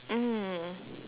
mm